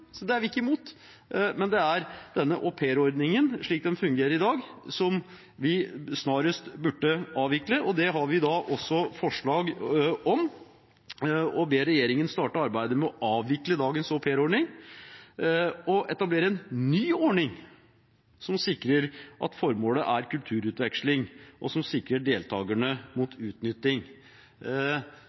det er vi ikke imot. Men denne aupairordningen slik den fungerer i dag, burde vi snarest avvikle, og vi har da også forslag om å be regjeringen «starte arbeidet med å avvikle dagens au pair-ordning og etablere en ny ordning som sikrer at formålet er kulturutveksling, og som sikrer deltakerne mot utnytting».